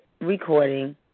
recording